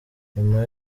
nyuma